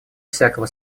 всякого